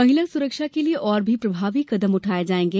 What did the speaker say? महिला सुरक्षा के लिए और भी प्रभावी कदम उठाये जायेंगे